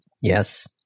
Yes